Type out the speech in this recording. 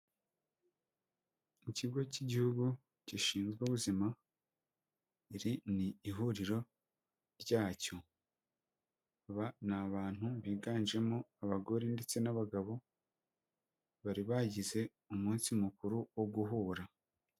Ikigo cy'igihugu gishinzwe ubuzima, iri ni ihuriro ryacyo, aba ni abantu biganjemo abagore ndetse n'abagabo, bari bagize umunsi mukuru wo guhura.